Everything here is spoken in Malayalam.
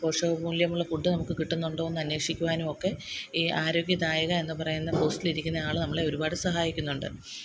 പോഷക മൂല്യമുള്ള ഫുഡ് നമുക്ക് കിട്ടുന്നുണ്ടോയെന്നന്വേഷിക്കുവാനുമൊക്കെ ഈ ആരോഗ്യ ദായക എന്നു പറയുന്ന പോസ്റ്റിലിരിക്കുന്ന ആൾ നമ്മളെ ഒരുപാട് സഹായിക്കുന്നുണ്ട്